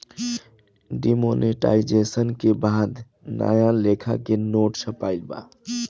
demonetisation के बाद नया लेखा के नोट छपाईल बा